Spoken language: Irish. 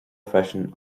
freisin